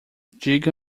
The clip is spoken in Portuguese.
diga